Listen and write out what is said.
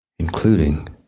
Including